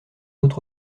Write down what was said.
autre